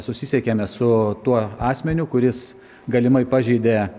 susisiekėme su tuo asmeniu kuris galimai pažeidė